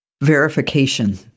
verification